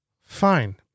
Fine